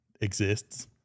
Exists